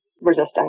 resistance